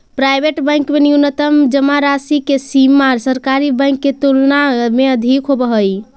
private bank में न्यूनतम जमा राशि के सीमा सरकारी बैंक के तुलना में अधिक होवऽ हइ